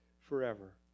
forever